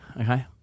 okay